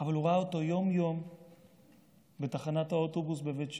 אבל הוא ראה אותו יום-יום בתחנת האוטובוס בבית שמש,